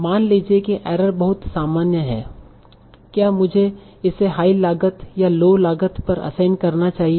मान लीजिए कि एरर बहुत सामान्य है क्या मुझे इसे हाई लागत या लो लागत पर असाइन करना चाहिए